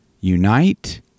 unite